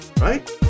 right